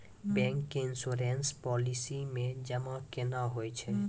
Bank के insurance policy मे जमा केना होय छै?